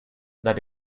that